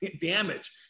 damage